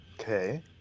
Okay